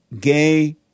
gay